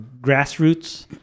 grassroots